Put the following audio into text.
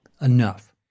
enough